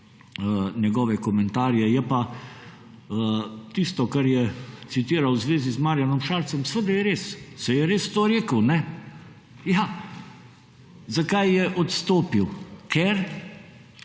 njegove komentarje, je pa tisto, kar je citiral v zvezi z Marjanom Šarcem, seveda je res, saj je res to rekel, ne, ja. Zakaj je odstopil? Ker